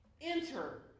Enter